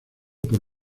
por